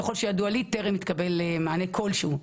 ככל שידוע לי, טרם התקבל מענה כלשהו.